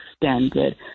extended